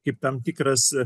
kaip tam tikras